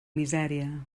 misèria